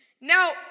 Now